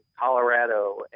Colorado